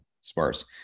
sparse